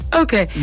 okay